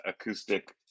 acoustic